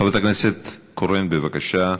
חברת הכנסת קורן, בבקשה.